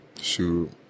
shoot